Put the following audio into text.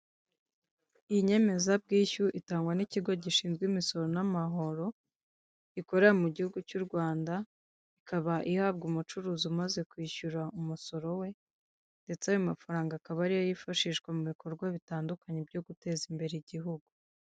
Inyemeza bwishyu itangwa n'ikigo gishinzwe imisoro n'amahoro, gikorera mu gihugu cy'u Rwanda, ikaba ihabwa umucuruzi umaze kwishyura umusoro we, ndetse ayo mafaranga akaba ariyo yifashishwa mu bikorwa bitandukanye byo guteza imbere igihugu.